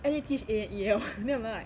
N A T H A N E L then I'm like